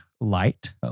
light